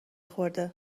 خورده